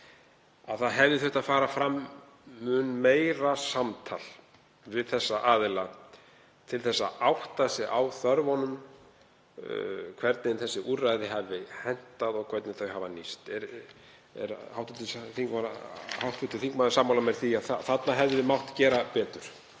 að það hefði þurft að fara fram mun meira samtal við þessa aðila til að átta sig á þörfum þeirra, hvernig þessi úrræði hafi hentað og hvernig þau hafi nýst? Er hv. þingmaður sammála mér í því að þarna hefði mátt gera betur?